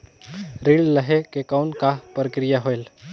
ऋण लहे के कौन का प्रक्रिया होयल?